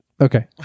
okay